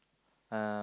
uh